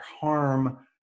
harm